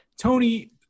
tony